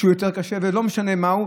שהוא יותר קשה ולא משנה מהו,